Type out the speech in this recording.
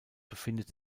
befindet